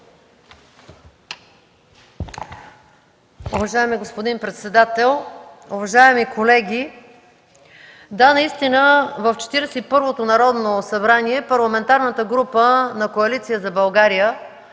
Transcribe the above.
Уважаеми господин председател, уважаеми колеги! Да, наистина в Четиридесет и първото Народно събрание Парламентарната група на Коалиция за България